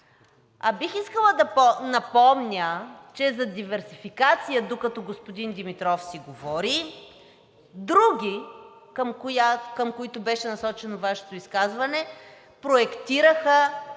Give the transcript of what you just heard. Бих искала да напомня, че за диверсификация, докато господин Димитров си говори, други, към които беше насочено Вашето изказване, проектираха,